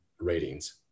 ratings